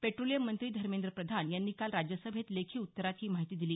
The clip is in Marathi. पेट्रोलियम मंत्री धर्मेद्र प्रधान यांनी काल राज्यसभेत लेखी उत्तरात ही माहिती दिली